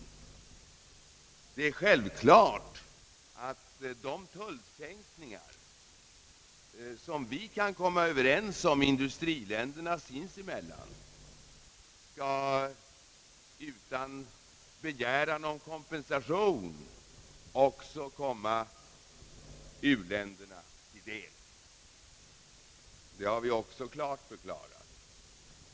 Det är självklart att de tullsänkningar som vi kan komma överens om industriländerna sinsemellan utan begäran om kompensation också skall komma u-länderna till del. Det har vi också uttryckligen förklarat.